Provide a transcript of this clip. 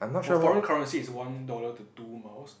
for foreign currency is one dollar to two miles